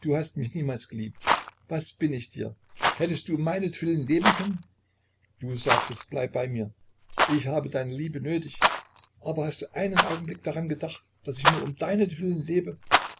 du hast mich niemals geliebt was bin ich dir hättest du um meinetwillen leben können du sagtest bleib bei mir ich habe deine liebe nötig aber hast du einen augenblick daran gedacht daß ich nur um deinetwillen lebe